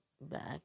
back